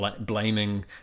blaming